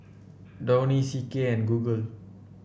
Downy C K and Google